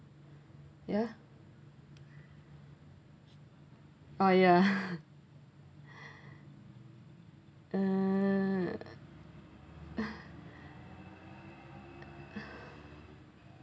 yeah uh yeah err